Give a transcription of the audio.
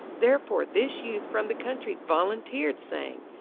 therefore this youth from the country volunteered saying,